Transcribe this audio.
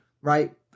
Right